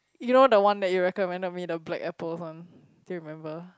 you know the one that you recommended me the black apples one do you remember